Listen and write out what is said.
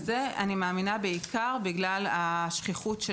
אני מאמינה שזה בעיקר בגלל השכיחות של